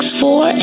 four